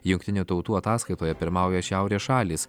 jungtinių tautų ataskaitoje pirmauja šiaurės šalys